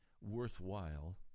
worthwhile